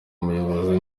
ubuyobozi